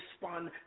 respond